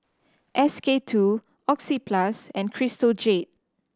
S K Two Oxyplus and Crystal Jade